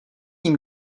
ním